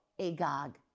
Agag